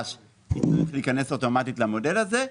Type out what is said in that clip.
ייכנס אוטומטית למודל הזה,